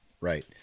Right